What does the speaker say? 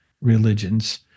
religions